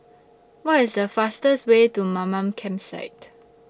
What IS The fastest Way to Mamam Campsite